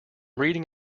reading